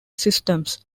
systems